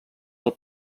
del